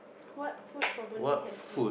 what food probably has an